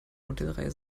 modellreihe